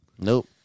Nope